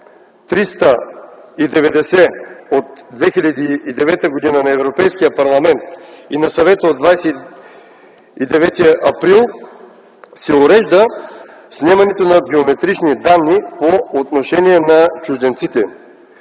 390/2009 на Европейския парламент и на Съвета от 29 април се урежда снемането на биометрични данни по отношение на чужденците.